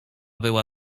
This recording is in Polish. była